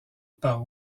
par